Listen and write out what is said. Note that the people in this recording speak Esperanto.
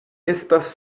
estas